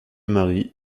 marie